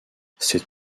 cette